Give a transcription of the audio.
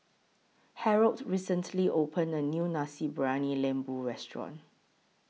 Harold recently opened A New Nasi Briyani Lembu Restaurant